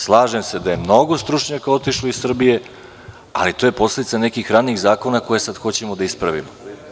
Slažem se da je mnogo stručnjaka otišlo iz Srbije, ali to je posledica nekih ranijih zakona koje sada hoćemo da ispravimo.